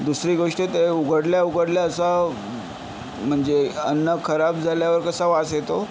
दुसरी गोष्ट ते उघडल्या उघडल्या असा म्हणजे अन्न खराब झाल्यावर कसा वास येतो